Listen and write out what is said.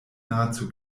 nahezu